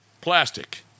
Plastic